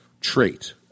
trait